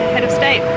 head of state.